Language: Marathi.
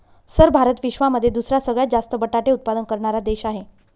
सर भारत विश्वामध्ये दुसरा सगळ्यात जास्त बटाटे उत्पादन करणारा देश आहे